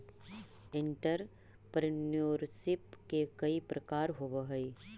entrepreneurship के कई प्रकार होवऽ हई